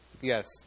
Yes